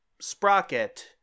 Sprocket